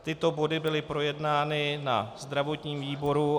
Tyto body byly projednány ve zdravotním výboru.